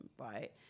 Right